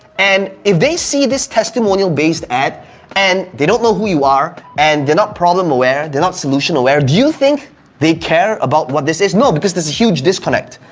and if they see this testimonial based ad and they don't know who you are, and they're not problem aware, they're not solution aware, do you think they care about what this is? no, because there's this huge disconnect.